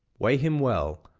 weigh him well,